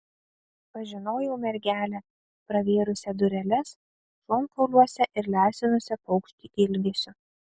pažinojau mergelę pravėrusią dureles šonkauliuose ir lesinusią paukštį ilgesiu